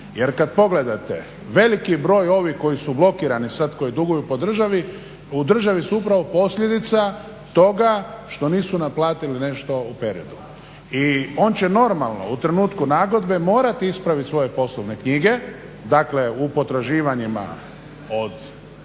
Jer kad pogledate veliki broj ovih koji su blokirani sad koji duguju po državi u državi su upravo posljedica toga što nisu naplatili nešto u periodu. I on će normalno u trenutku nagodbe morati ispraviti svoje poslovne knjige, dakle u potraživanjima od